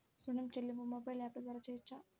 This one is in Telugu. ఋణం చెల్లింపు మొబైల్ యాప్ల ద్వార చేయవచ్చా?